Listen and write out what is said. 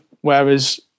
whereas